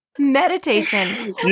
Meditation